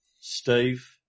Steve